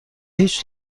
هیچ